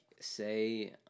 Say